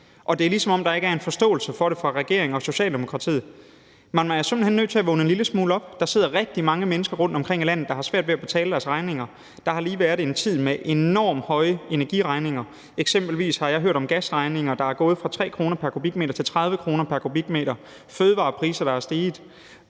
det er, som om der ikke er en forståelse for det fra regeringens og Socialdemokratiets side. Man er simpelt hen nødt til at vågne en lille smule op. Der sidder rigtig mange mennesker rundtomkring i landet, der har svært ved at betale deres regninger. Der har lige været en tid med enormt høje energiregninger. Eksempelvis har jeg hørt om gasregninger, der er gået fra 3 kr. pr. m³ til 30 kr. pr. m³. Der er fødevarepriser, der er steget.